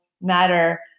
matter